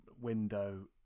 window